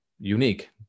unique